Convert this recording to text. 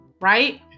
Right